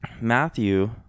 Matthew